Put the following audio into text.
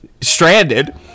stranded